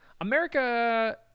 America